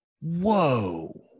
Whoa